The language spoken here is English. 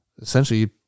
essentially